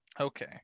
Okay